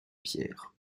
pierres